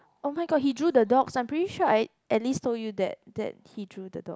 oh-my-god he drew the dogs I'm pretty sure I at least you that that he drew the dog